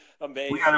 Amazing